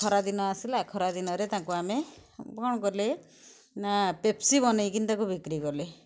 ଖରାଦିନ ଆସିଲା ଖରାଦିନରେ ତାଙ୍କୁ ଆମେ କଣ କଲେ ନା ପେପ୍ସି ବନେଇକି ତାକୁ ବିକ୍ରି କଲେ